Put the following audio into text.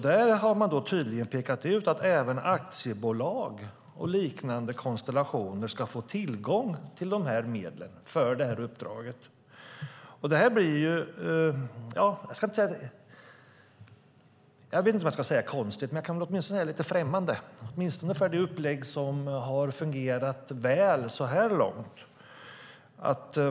Där har man tydligen pekat ut att även aktiebolag och liknande konstellationer ska få tillgång till de här medlen för det här uppdraget. Det här blir, jag vet inte om jag ska säga konstigt men jag kan åtminstone säga att det är lite främmande för det upplägg som har fungerat väl så här långt.